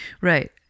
Right